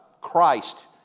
Christ